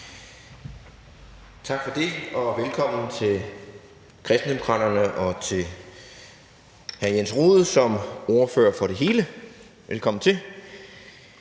Tak for det. Og velkommen til Kristendemokraterne og til hr. Jens Rohde som ordfører for det hele – velkommen til.